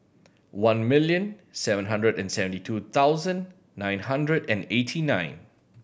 one million seven hundred and seventy two thousand nine hundred and eighty nine